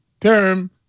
term